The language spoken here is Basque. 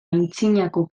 antzinako